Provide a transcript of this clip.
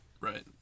right